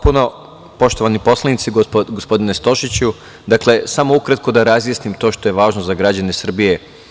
Poštovani poslanici, gospodine Stošiću, dakle samo ukratko da razjasnim to što je važno za građane Srbije.